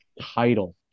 title